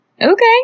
Okay